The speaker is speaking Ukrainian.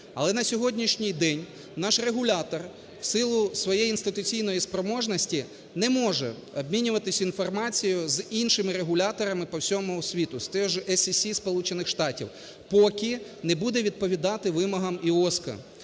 Але на сьогоднішній день наш регулятор в силу своєї інституційної спроможності не може обмінюватись інформацією з іншими регуляторами по всьому світу, з тією ж АСС Сполучених Штатів, поки не буде відповідати вимогам IOSCO